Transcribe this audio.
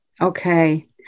Okay